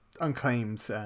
unclaimed